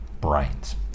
brains